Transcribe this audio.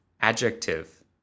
adjective